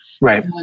Right